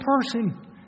person